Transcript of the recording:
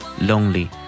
lonely